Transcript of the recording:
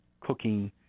cooking